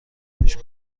پیش